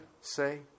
say